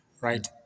right